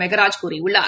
மெகராஜ் கூறியுள்ளார்